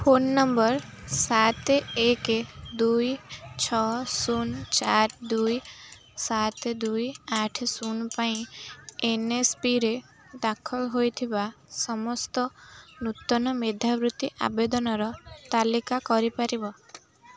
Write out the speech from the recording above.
phone number ସାତ ଏକ ଦୁଇ ଛଅ ଶୂନ ଚାରି ଦୁଇ ସାତ ଦୁଇ ଆଠ ଶୂନ ପାଇଁ ଏନ୍ଏସ୍ପିରେ ଦାଖଲ ହୋଇଥିବା ସମସ୍ତ ନୂତନ ମେଧାବୃତ୍ତି ଆବେଦନର ତାଲିକା କରି ପାରିବ